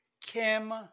Kim